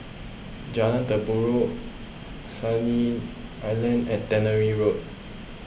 Jalan Sandy Island and Tannery Road